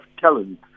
talent